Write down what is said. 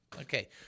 Okay